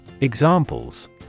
Examples